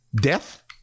death